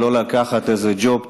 ולא לקחת איזה ג'וב,